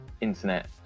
internet